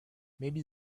maybe